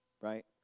right